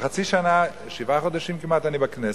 כבר חצי שנה, שבעה חודשים כמעט אני בכנסת,